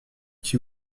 qui